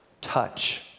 touch